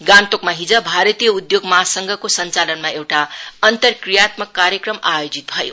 गान्तोकमा हिज भारतीय उधोग महासंघको संचालनमा एउटा अन्तरक्रियात्मक कार्यक्रम आयोजित भयो